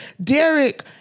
Derek